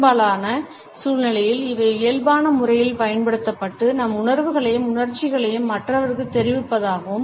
பெரும்பாலான சூழ்நிலைகளில் இவை இயல்பான முறையில் பயன்படுத்தப்பட்டு நம் உணர்வுகளையும் உணர்ச்சிகளையும் மற்றவர்களுக்குத் தெரிவிப்பதாகும்